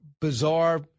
Bizarre